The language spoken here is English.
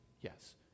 Yes